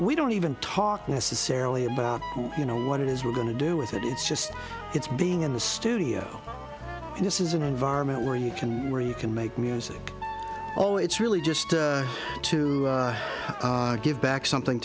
we don't even talk necessarily about who you know what it is we're going to do with it it's just it's being in the studio and this is an environment where you can where you can make music all it's really just to give back something